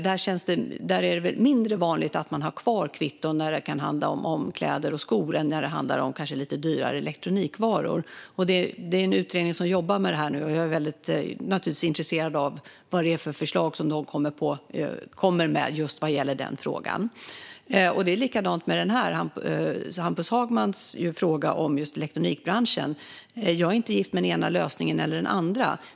Det är väl mindre vanligt att man har kvar kvitton när det handlar om kläder och skor än när det handlar om lite dyrare elektronikvaror. En utredning jobbar nu med detta, och jag är naturligtvis väldigt intresserad av vilka förslag den kommer med vad gäller just den frågan. Det är likadant med Hampus Hagmans fråga om elektronikbranschen. Jag är inte gift med den ena lösningen eller den andra.